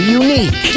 unique